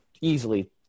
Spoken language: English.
easily